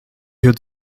had